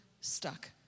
stuck